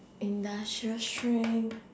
industrial strength